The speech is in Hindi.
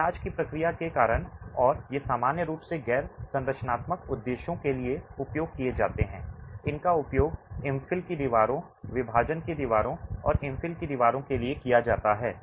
इलाज की प्रक्रिया के कारण और ये सामान्य रूप से गैर संरचनात्मक उद्देश्यों के लिए उपयोग किए जाते हैं इनका उपयोग इन्फिल की दीवारों विभाजन की दीवारों और इन्फिल की दीवारों के लिए किया जाता है